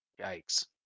Yikes